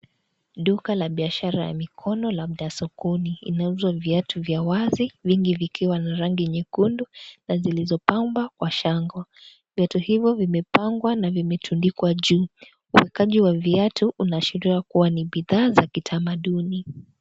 Duka la bishara ya mikono labda sokoni, inauzwa viatu vya wazi vingi vikiwa na rangi nyekundu na zilizopambwa kwa shanga, viatu hivyo vimepangwa na vimetundikwa juu, uekaji wa viatu unaashiria kuwa ni bidhaa za kitamaduni.